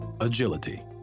agility